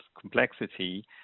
complexity